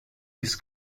this